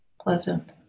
pleasant